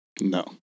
No